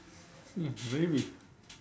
mm maybe